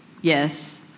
yes